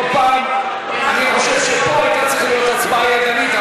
אני חושב שפה הייתה צריכה להיות הצבעה ידנית,